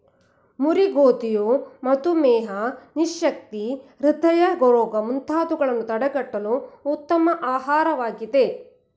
ಮುರಿ ಗೋಧಿಯು ಮಧುಮೇಹ, ನಿಶಕ್ತಿ, ಹೃದಯ ರೋಗ ಮುಂತಾದವುಗಳನ್ನು ತಡಗಟ್ಟಲು ಉತ್ತಮ ಆಹಾರವಾಗಿದೆ